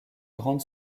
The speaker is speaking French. grande